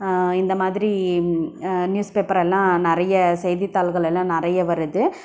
இந்த மாதிரி நியூஸ்பேப்பர் எல்லாம் நிறைய செய்தித்தாள்கள் எல்லாம் நிறைய வருது